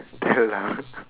parrot